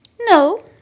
No